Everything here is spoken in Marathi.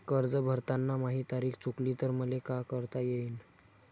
कर्ज भरताना माही तारीख चुकली तर मले का करता येईन?